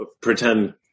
pretend